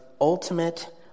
ultimate